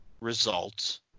results